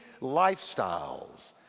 lifestyles